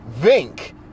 Vink